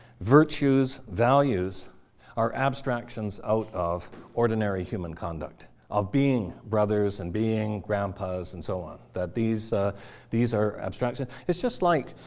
virtues, values are abstractions out of ordinary human conduct of being brothers and being grandpas. and so that these these are abstractions. it's just like